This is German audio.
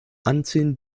anziehen